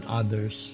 others